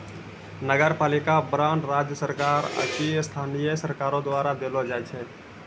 नगरपालिका बांड राज्य सरकार आकि स्थानीय सरकारो द्वारा देलो जाय छै